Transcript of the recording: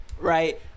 right